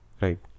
Right